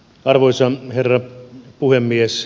arvoisa herra puhemies